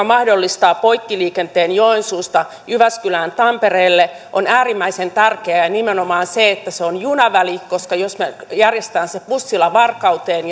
mahdollistaa poikkiliikenteen joensuusta jyväskylään ja tampereelle on äärimmäisen tärkeä ja nimenomaan se että se on junaväli koska jos me järjestämme sen bussilla varkauteen